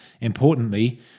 Importantly